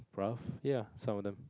rough ya some of them